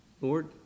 Lord